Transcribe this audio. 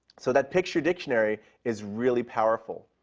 so that picture dictionary is really powerful.